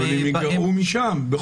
אבל הם יגרעו משם.